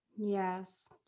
yes